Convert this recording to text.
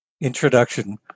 introduction